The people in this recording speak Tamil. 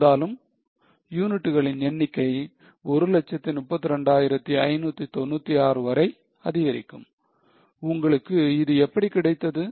இருந்தாலும் யூனிட்டுகளின் எண்ணிக்கை 132596 வரை அதிகரிக்கும் உங்களுக்கு இது எப்படி கிடைத்தது